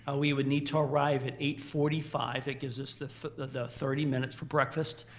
ah we would need to arrive at eight forty five that gives us the the thirty minutes for breakfast.